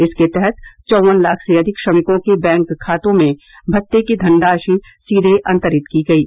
इसके तहत चौवन लाख से अधिक श्रमिकों के बैंक खातों में भत्ते की धनराशि सीधे अन्तरित की गयी